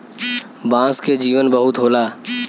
बांस के जीवन बहुत होला